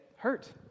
hurt